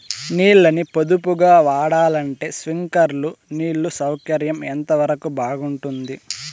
నీళ్ళ ని పొదుపుగా వాడాలంటే స్ప్రింక్లర్లు నీళ్లు సౌకర్యం ఎంతవరకు బాగుంటుంది?